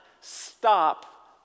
stop